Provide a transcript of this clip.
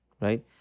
Right